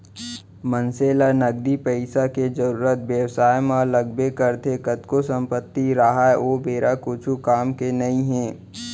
मनसे ल नगदी पइसा के जरुरत बेवसाय म लगबे करथे कतको संपत्ति राहय ओ बेरा कुछु काम के नइ हे